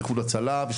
ל- ׳איחוד הצלה׳ למשל,